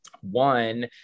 One